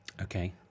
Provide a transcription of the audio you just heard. Okay